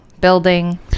building